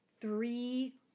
three